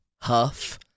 Huff